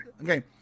okay